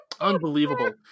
unbelievable